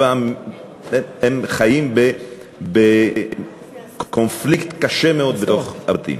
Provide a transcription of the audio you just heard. הם חיים בקונפליקט קשה מאוד בתוך הבתים,